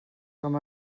com